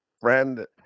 friend